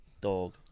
Dog